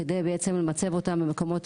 כדי למצב אותם במקומות